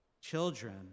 children